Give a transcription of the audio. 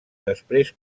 després